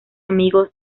amigo